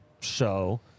show